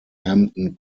hampton